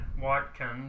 Watkins